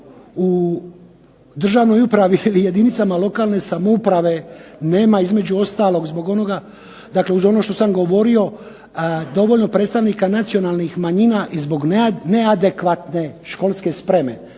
u državnoj upravi ili jedinicama lokalne samouprave nema između ostalog, zbog onoga, dakle uz ono što sam govorio dovoljno predstavnika nacionalnih manjina i zbog neadekvatne školske spreme.